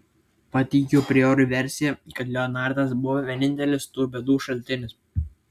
pateikiau priorui versiją kad leonardas buvo vienintelis tų bėdų šaltinis